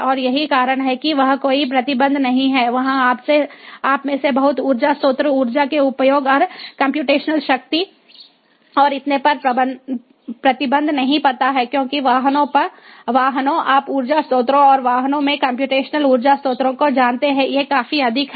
और यही कारण है कि वहाँ कोई प्रतिबंध नहीं है वहाँ आप में से बहुत ऊर्जा स्रोत ऊर्जा के उपयोग और कम्प्यूटेशनल शक्ति और इतने पर प्रतिबंध नहीं पता है क्योंकि वाहनों आप ऊर्जा स्रोतों और वाहनों में कम्प्यूटेशनल ऊर्जा स्रोतों को जानते हैं ये काफी अधिक हैं